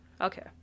Okay